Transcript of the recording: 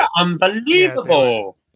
unbelievable